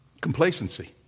Complacency